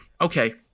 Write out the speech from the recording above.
okay